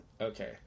Okay